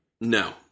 No